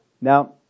Now